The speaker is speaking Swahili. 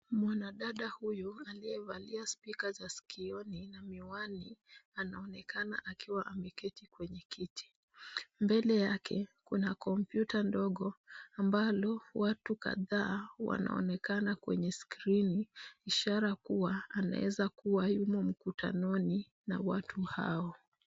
Mwanadada huyu aliye valia spika za skioni na miwani ana onekana akiwa ameketi kwenye kiti. Mbele yake kuna kompyuta ndogo ambalo watu kadhaa wanaonekana kwenye skrini, ishara kuwa anaeza kuwa yumo mkutanoni na watu hao.